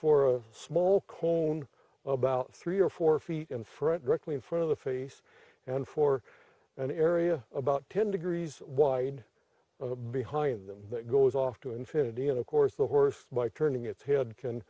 for a small cone about three or four feet and fredericton front of the face and for an area about ten degrees wide behind them that goes off to infinity and of course the horse by turning its head can